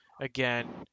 again